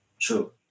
True